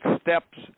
steps